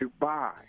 Dubai